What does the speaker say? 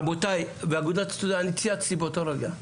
רבותיי, באגודת הסטודנטים, אני צייצתי באותו רגע.